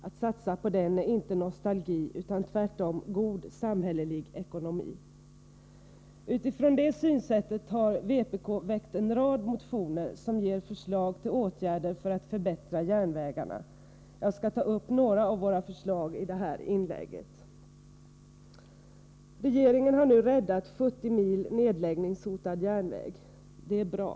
Att satsa på den är inte nostalgi, utan tvärtom god samhällelig ekonomi. Utifrån det synsättet har vpk väckt en rad motioner, som ger förslag till åtgärder för att förbättra järnvägarna. Jag skall i det här inlägget ta upp några av våra förslag. Regeringen har nu räddat 70 mil nedläggningshotad järnväg. Det är bra.